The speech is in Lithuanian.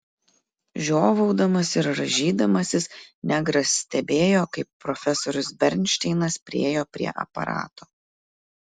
žiovaudamas ir rąžydamasis negras stebėjo kaip profesorius bernšteinas priėjo prie aparato